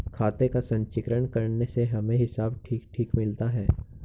खाते का संचीकरण करने से हमें हिसाब ठीक ठीक मिलता है